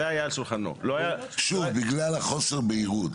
זה היה על שולחנו, שוב בגלל חוסר בהירות.